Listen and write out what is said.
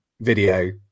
video